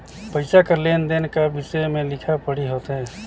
पइसा कर लेन देन का बिसे में लिखा पढ़ी होथे